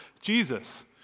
Jesus